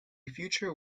future